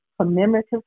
commemorative